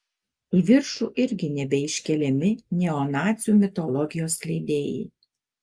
į viršų irgi nebeiškeliami neonacių mitologijos skleidėjai